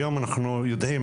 היום אנחנו יודעים,